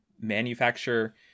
manufacture